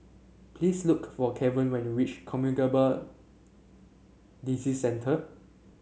please look for Keven when you reach Communicable Disease Centre